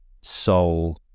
soul